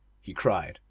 he cried.